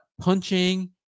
punching